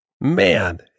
Man